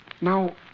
Now